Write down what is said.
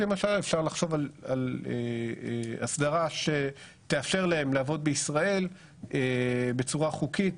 אפשר לחשוב על הסדרה שתאפשר להם לעבוד בישראל בצורה חוקית,